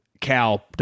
Cal